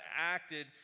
acted